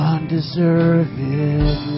Undeserved